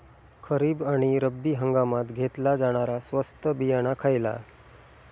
खरीप आणि रब्बी हंगामात घेतला जाणारा स्वस्त बियाणा खयला?